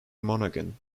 monaghan